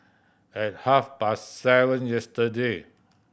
at half past seven yesterday